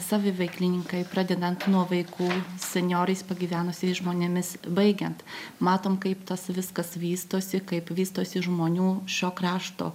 saviveiklininkai pradedant nuo vaikų senjorais pagyvenusiais žmonėmis baigiant matom kaip tas viskas vystosi kaip vystosi žmonių šio krašto